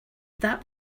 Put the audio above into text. that